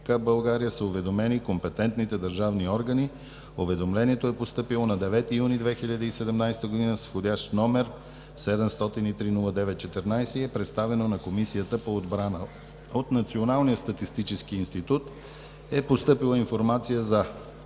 България са уведомени компетентните държавни органи. Уведомлението е постъпило на 9 юни 2017 г. с вх. № 703-09-14 и е представено на Комисията по отбрана. От Националния статистически институт е постъпила информация за